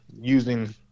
using